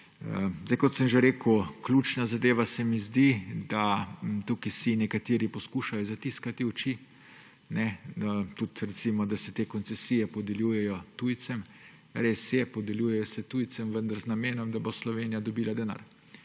Kot sem že rekel, ključna zadeva se mi zdi, da si tukaj nekateri poskušajo zatiskati oči, tudi recimo, da se te koncesije podeljujejo tujcem. Res je, podeljujejo se tujcem, vendar z namenom, da bo Slovenija dobila denar.